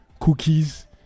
cookies